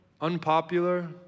unpopular